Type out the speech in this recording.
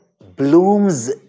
blooms